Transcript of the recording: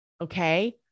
Okay